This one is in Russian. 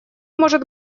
может